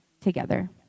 together